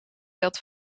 dat